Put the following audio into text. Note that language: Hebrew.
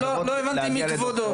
לא הבנתי גם מי כבודו,